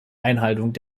erhaltung